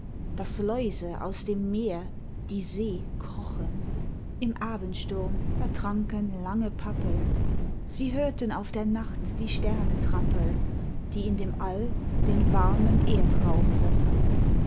daß läuse aus dem meer die see krochen im abendsturm ertranken lange pappeln sie hörten auf der nacht die sterne trappeln die in dem all den warmen erdrauch rochen